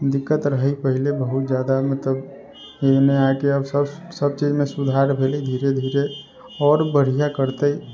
दिक्कत रहै पहले बहुत जादा मतलब एने आके अब सभ चीजमे सुधार भेलै धीरे धीरे आओर बढ़िआँ करतै